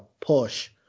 push –